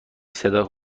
صدا